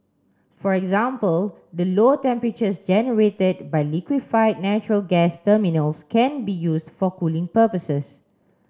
for example the low temperatures generated by liquefied natural gas terminals can be used for cooling purposes